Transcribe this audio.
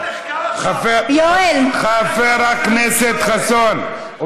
חבר הכנסת חסון,